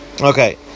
Okay